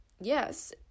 yes